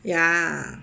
ya